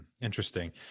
Interesting